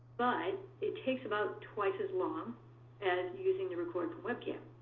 but it takes about twice as long as using the record from webcam.